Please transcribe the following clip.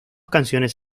canciones